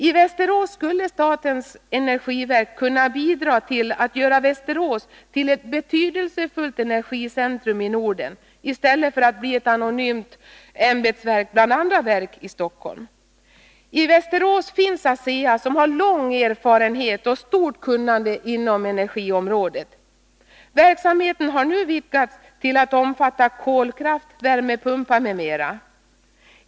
I Västerås skulle statens energiverk kunna bidra till att göra Västerås till ett betydelsefullt energicentrum i Norden i stället för att bli ett anonymt ämbetsverk bland andra verk i Stockholm. I Västerås finns ASEA som har lång erfarenhet och stort kunnande inom energiområdet. Verksamheten har nu vidgats till att omfatta kolkraft, värmepumpar m.m.